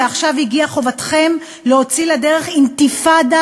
ועכשיו הגיעה חובתכם להוציא לדרך אינתיפאדה